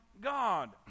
God